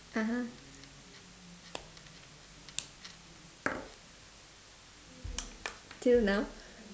(uh huh) till now